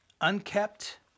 Unkept